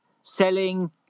Selling